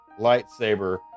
lightsaber